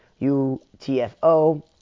UTFO